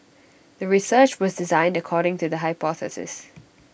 the research was designed according to the hypothesis